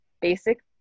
basic